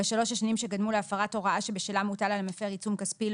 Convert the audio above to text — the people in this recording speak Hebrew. בשלוש השנים שקדמו להפרת ההוראה שבשלה מוטל על המפר עיצום כספי,